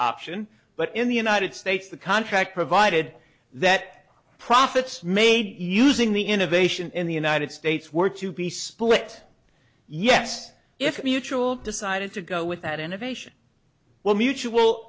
option but in the united states the contract provided that profits made using the innovation in the united states were to be split yes if mutual decided to go with that innovation well mutual